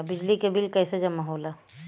बिजली के बिल कैसे जमा होला?